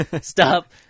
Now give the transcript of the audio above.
Stop